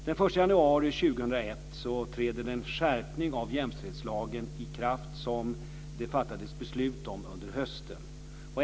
Den 1 januari 2001 träder den skärpning av jämställdhetslagen i kraft som det fattades beslut om under hösten.